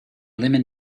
lemon